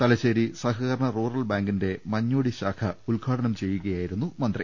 തലശ്ശേരി സഹകരണ റൂറൽ ബാങ്കിന്റെ മഞ്ഞോടി ശാഖ ഉദ്ഘാടനം ചെയ്യുകയായിരുന്നു മന്ത്രി